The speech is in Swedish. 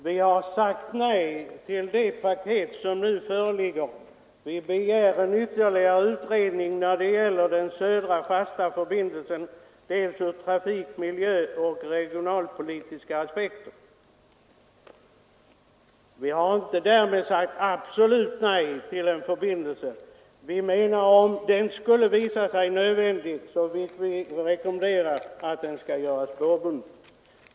Vi har sagt nej till det paket som nu föreligger och begär ytterligare utredning när det gäller den södra fasta förbindelsen, såväl ur trafiksom ur miljöoch regionalpolitiska aspekter. Därmed har vi inte sagt ett absolut nej till en förbindelse. Om den skulle visa sig nödvändig, vill vi rekommendera att den skall göras spårbunden.